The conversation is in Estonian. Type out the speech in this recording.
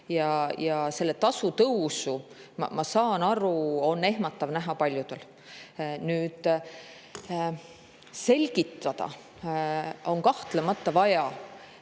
ja selle tasu tõusu, ma saan aru, on ehmatav näha paljudel. Selgitada on kahtlemata vaja.